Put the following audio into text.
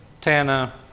Tana